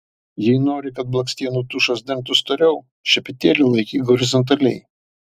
jei nori kad blakstienų tušas dengtų storiau šepetėlį laikyk horizontaliai